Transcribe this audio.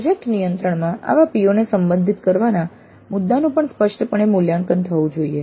project નિયંત્રણમાં આવા PO ને સંબોધિત કરવાના મુદ્દાનું પણ સ્પષ્ટપણે મૂલ્યાંકન થવું જોઈએ